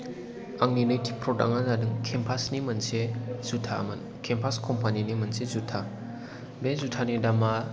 आंनि नैथि प्रदाक्ट आ जादों केम्पास नि मोनसे जुथामोन केम्पास कम्पानिनि मोनसे जुथा बे जुथानि दामआ